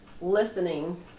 listening